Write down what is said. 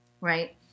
Right